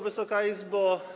Wysoka Izbo!